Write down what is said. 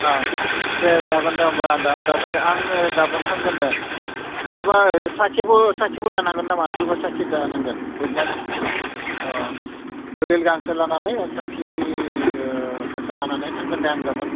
अ दे जागोन दे होमब्ला आदा जागोन दे आङो गाबोन थांगोन दे माबा साखिबो साखिबो लानांगोन नामा सोरबा साखि लानांगोन उइटनेस अ दलिल गांसे लानानै साखि सासे लानानै थांगोन दे आं गाबोन